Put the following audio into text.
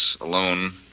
alone